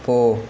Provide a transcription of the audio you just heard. போ